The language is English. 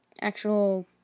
actual